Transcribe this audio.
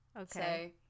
Okay